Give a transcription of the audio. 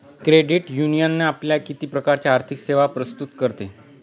Credit union आपल्याला किती प्रकारच्या आर्थिक सेवा प्रस्तुत करते?